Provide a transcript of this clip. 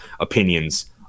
opinions